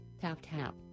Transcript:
tap-tap